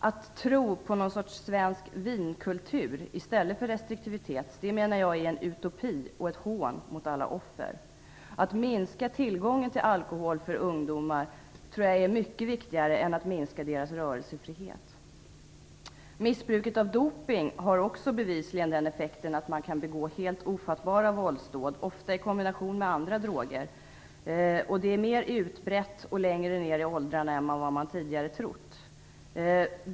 Att tro på någon sorts svensk vinkultur i stället för restriktivitet menar jag är en utopi och ett hån mot alla offer. Att minska tillgången till alkohol för ungdomar tror jag är mycket viktigare än att minska deras rörelsefrihet. Missbruket av dopning, ofta i kombination med andra droger, har också bevisligen den effekten att man kan begå helt ofattbara våldsdåd. Detta missbruk är mer utbrett och förekommer längre ner i åldrarna än vad man tidigare har trott.